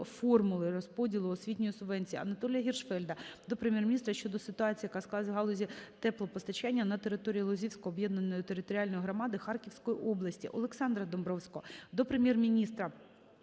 формули розподілу освітньої субвенції. Анатолія Гіршфельда до Прем'єр-міністра щодо ситуації, яка склалася в галузі теплопостачання на території Лозівської об'єднаної територіальної громади Харківської області. Олександра Домбровського до Прем'єр-міністра,